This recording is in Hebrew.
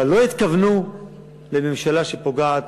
אבל לא התכוונו לממשלה שפוגעת